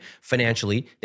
financially